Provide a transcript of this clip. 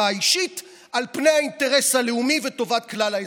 האישית על פני האינטרס הלאומי וטובת כלל האזרחים.